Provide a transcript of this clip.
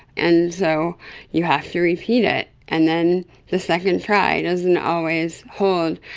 and so you have to repeat it. and then the second try doesn't always hold,